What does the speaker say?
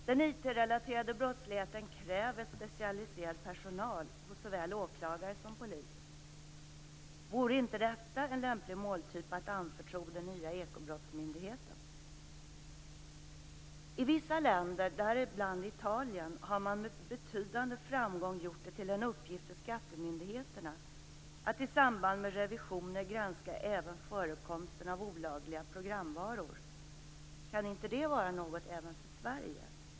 Den IT-relaterade brottsligheten kräver specialiserad personal hos såväl åklagare som polis. Vore inte detta en lämplig måltyp att anförtro den nya ekobrottsmyndigheten? I vissa länder, däribland Italien, har man med betydande framgång gjort det till en uppgift för skattemyndigheterna att i samband med revision granska även förekomsten av olagliga programvaror. Kan inte det vara något även för Sverige?